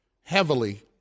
heavily